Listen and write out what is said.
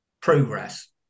progress